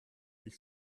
ich